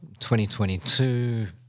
2022